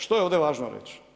Što je ovdje važno reći?